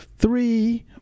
Three